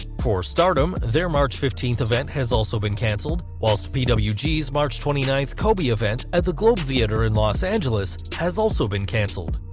for stardom, their march fifteenth event has also been cancelled, whilst yeah pwg's march twenty ninth kobe event at the globe theater in los angeles has also been cancelled.